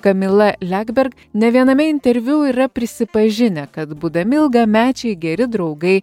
kamila legberg ne viename interviu yra prisipažinę kad būdami ilgamečiai geri draugai